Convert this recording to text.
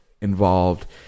involved